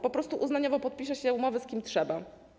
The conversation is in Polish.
Po prostu uznaniowo podpisze się umowy z kim trzeba.